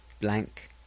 Blank